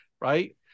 right